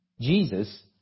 Jesus